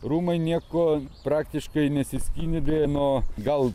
rūmai niekuo praktiškai nesiskynė beje nuo gal